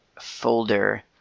folder